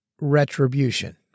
retribution